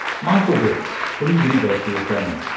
michael beetz, from the university of bremen.